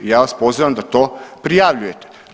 Ja vas pozivam da to prijavljujete.